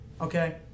Okay